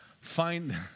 Find